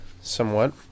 somewhat